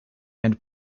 and